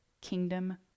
kingdom